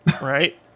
Right